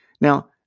Now